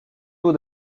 taux